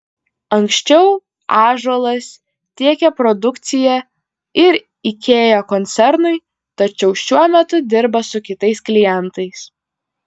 anksčiau ąžuolas tiekė produkciją ir ikea koncernui tačiau šiuo metu dirba su kitais klientais